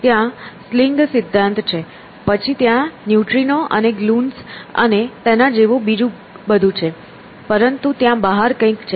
ત્યાં સ્લિંગ સિદ્ધાંત છે પછી ત્યાં ન્યુટ્રિનો અને ગ્લુન્સ અને તેના જેવું બીજું બધું છે પરંતુ ત્યાં બહાર કંઈક છે